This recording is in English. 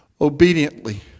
obediently